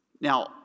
Now